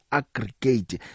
aggregate